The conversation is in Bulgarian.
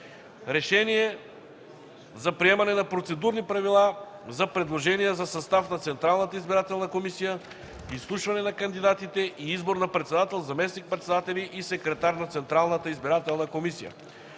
РЕШЕНИЕ за приемане на Процедурни правила за предложения за състав на Централната избирателна комисия, изслушване на кандидатите и избор на председател, заместник-председатели и секретар на Централната избирателна комисия